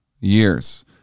years